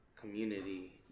community